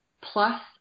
Plus